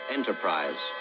Enterprise